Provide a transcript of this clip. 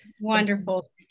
Wonderful